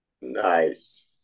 Nice